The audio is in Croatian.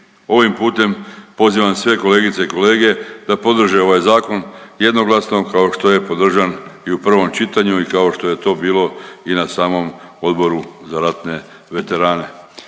Ovim putem pozivam sve kolegice i kolege da podrže ovaj Zakon jednoglasno kao što je podržan i u prvom čitanju i kao što je to bilo i na samom Odboru za ratne veterane.